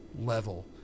level